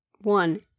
One